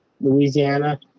Louisiana